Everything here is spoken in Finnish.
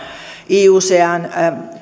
iucn